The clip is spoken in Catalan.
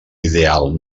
ideal